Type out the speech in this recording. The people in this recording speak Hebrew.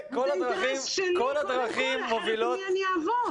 זה אינטרס שלי קודם כל, אחרת עם מי אני אעבוד.